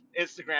Instagram